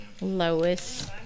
Lois